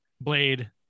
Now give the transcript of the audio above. Blade